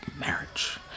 marriage